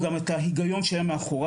אלא גם מכיר את ההיגיון שהיה מאחוריו.